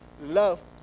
love